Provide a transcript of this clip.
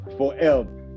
forever